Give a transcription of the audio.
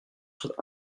soit